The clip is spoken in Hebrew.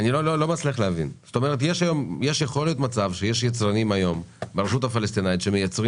יכול להיות שיש יצרנים ברשות הפלסטינית שמייצרים